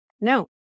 No